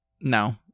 No